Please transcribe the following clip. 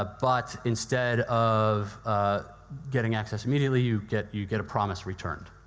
ah but instead of ah getting access immediately, you get you get a promise returned.